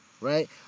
right